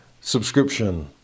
subscription